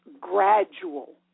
gradual